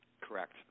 correct